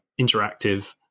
interactive